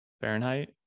Fahrenheit